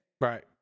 right